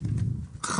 מטריד.